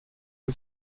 sie